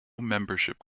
membership